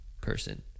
person